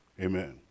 Amen